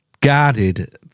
guarded